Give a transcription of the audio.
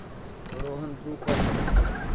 Rohan Bru coffee पितो